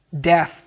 death